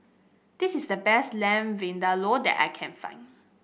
this is the best Lamb Vindaloo that I can find